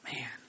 Man